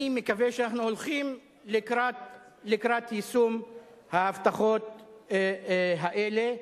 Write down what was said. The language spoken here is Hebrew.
אני מקווה שאנחנו הולכים לקראת יישום ההבטחות האלה.